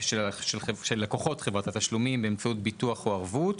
של לקוחות חברת התשלומים, באמצעות ביטוח או ערבות.